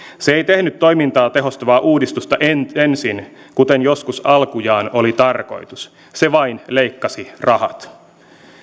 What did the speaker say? se ei tehnyt toimintaa tehostavaa uudistusta ensin kuten joskus alkujaan oli tarkoitus se vain leikkasi rahat